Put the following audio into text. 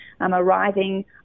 arriving